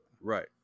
Right